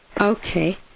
Okay